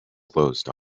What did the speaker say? closed